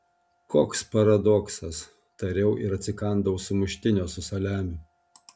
koks paradoksas tariau ir atsikandau sumuštinio su saliamiu